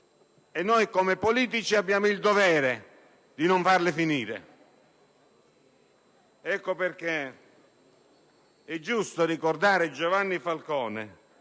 e noi come politici abbiamo il dovere di farle finire. Ecco perché è giusto ricordare Giovanni Falcone,